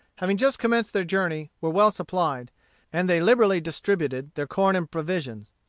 having just commenced their journey, were well supplied and they liberally distributed their corn and provisions.